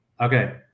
okay